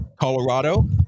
Colorado